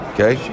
Okay